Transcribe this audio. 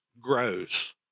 grows